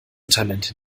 talente